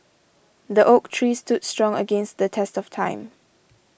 the oak tree stood strong against the test of time